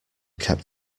kept